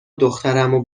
دخترمو